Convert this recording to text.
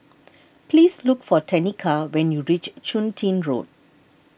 please look for Tenika when you reach Chun Tin Road